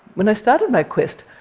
when i started my quest,